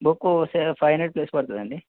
book స five hundred plus పడుతుంది అండి